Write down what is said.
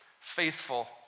faithful